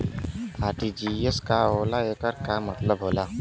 RTGS का होला acre का मतलब होला?